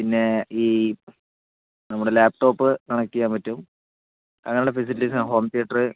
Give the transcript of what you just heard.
പിന്നേ ഈ നമ്മുടെ ലാപ്ടോപ്പ് കണക്ട് ചെയ്യാൻ പറ്റും അങ്ങനെയുള്ള ഫെസിലിറ്റീസ് ഹോം തീയറ്ററ്